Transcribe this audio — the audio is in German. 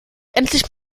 endlich